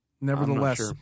Nevertheless